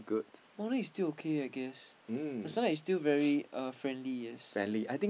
morning is still okay I guess the sun is still very uh friendly yes